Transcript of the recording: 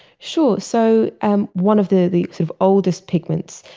sure. so um one of the the sort of oldest pigments,